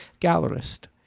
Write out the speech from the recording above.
Gallerist